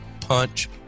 punch